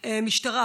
משטרה,